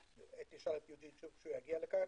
תשאל את יוג'ין שוב כשיגיע לכאן.